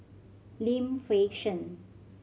Lim Fei Shen